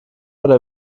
oder